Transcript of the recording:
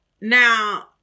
Now